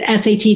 SAT